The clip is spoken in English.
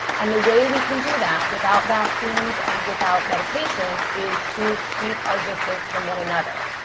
and the way we can do that, without vaccines and without medications, is to keep our distance from one another.